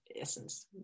essence